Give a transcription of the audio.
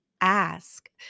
ask